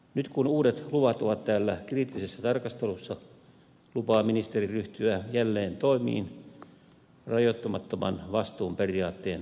nyt kun uudet luvat ovat täällä kriittisessä tarkastelussa lupaa ministeri ryhtyä jälleen toimiin rajoittamattoman vastuun periaatteen toteuttamiseksi